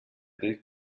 del